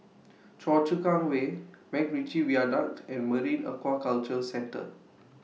Choa Chu Kang Way Macritchie Viaduct and Marine Aquaculture Centre